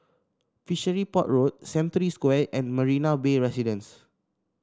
Fishery Port Road Century Square and Marina Bay Residence